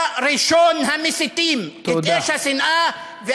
וראש הממשלה היה ראשון המסיתים באש השנאה,